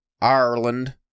Ireland